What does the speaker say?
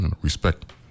respect